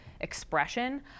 expression